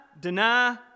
deny